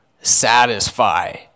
satisfy